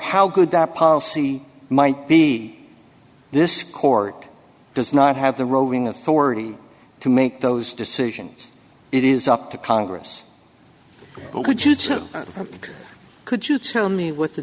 how good the policy might be this court does not have the roving authority to make those decisions it is up to congress who did so could you tell me what the